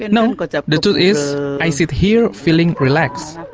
and no, and but the truth is i sit here feeling relaxed?